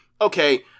okay